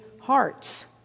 hearts